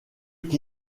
qui